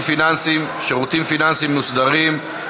פיננסיים (שירותים פיננסיים מוסדרים),